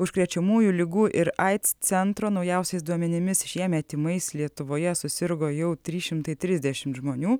užkrečiamųjų ligų ir aids centro naujausiais duomenimis šiemet tymais lietuvoje susirgo jau trys šimtai trisdešimt žmonių